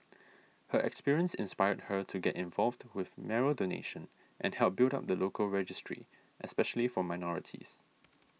her experience inspired her to get involved with marrow donation and help build up the local registry especially for minorities